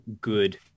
good